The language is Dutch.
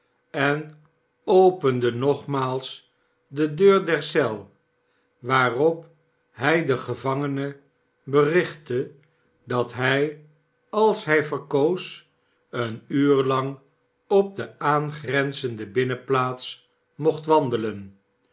en opende nogmaals de deur der eel waarop hij den ge vangeca berichtte dat hij als hij verkoos een uur lang op de aan grenzende binnenplaats mocht wandelen